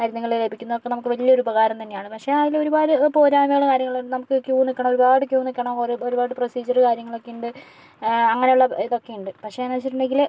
മരുന്നുകൾ ലഭിക്കുന്ന അതൊക്കെ നമുക്ക് വലിയ ഒരു ഉപകാരം തന്നെയാണ് പക്ഷെ അതില് ഒരുപാട് പോരായ്മകൾ കാര്യങ്ങൾ നമുക്ക് ക്യൂ നിക്കണം ഒരുപാട് ക്യൂ നിക്കണം ഒരുപാട് പ്രൊസീജിയർ കാര്യങ്ങളൊക്കെ ഉണ്ട് അങ്ങനെയുള്ള ഇതൊക്കെയുണ്ട് പക്ഷേന്ന് വച്ചിട്ടുണ്ടെങ്കില്